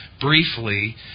briefly